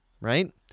right